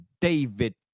David